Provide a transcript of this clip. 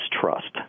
trust